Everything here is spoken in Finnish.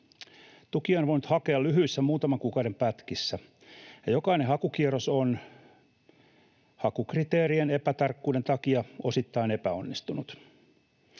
Tukia on voinut hakea lyhyissä, muutaman kuukauden pätkissä, ja jokainen hakukierros on hakukriteerien epätarkkuuden takia osittain epäonnistunut.